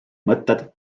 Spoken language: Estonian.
mõtted